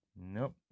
Nope